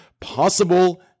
possible